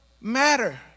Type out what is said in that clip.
matter